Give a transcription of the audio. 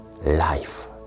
life